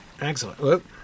Excellent